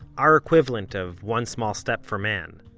our equivalent of one small step for man.